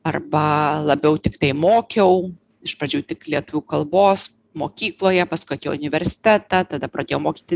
arba labiau tiktai mokiau iš pradžių tik lietuvių kalbos mokykloje paskui atejau į universitetą tada pradėjo mokyti